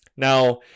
Now